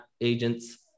agents